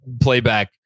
playback